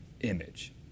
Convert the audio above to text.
image